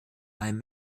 allem